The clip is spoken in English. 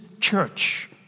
church